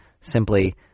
simply